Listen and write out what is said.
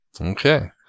okay